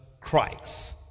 Christ